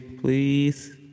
Please